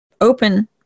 open